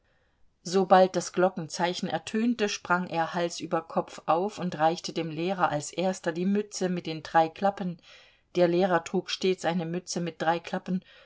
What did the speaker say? sobald das glockenzeichen ertönte sprang er hals über kopf auf und reichte dem lehrer als erster die mütze mit den drei klappen der lehrer trug stets eine mütze mit drei